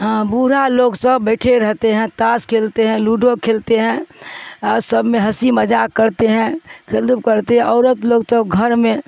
ہاں بھا لوگ سب بیٹھے رہتے ہیں تاش کھیلتے ہیں لوڈو کھیلتے ہیں اور سب میں ہنسی مذااک کرتے ہیں کھیل دپ کرتے ہیں عورت لوگ سب گھر میں